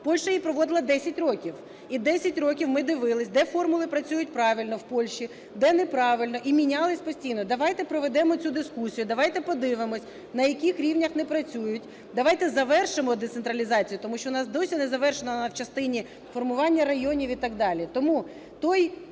Польща її проводила 10 років. І 10 років ми дивилися, де формули працюють правильно в Польщі, де неправильно, і мінялись постійно. Давайте проведемо цю дискусію, давайте подивимося, на яких рівнях не працюють. Давайте завершимо децентралізацію, тому що у нас досі не завершена вона в частині формування районів і так далі.